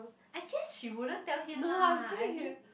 I guess she wouldn't tell him lah I mean